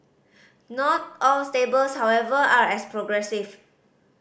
not all stables however are as progressive